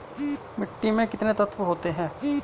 मिट्टी में कितने तत्व होते हैं?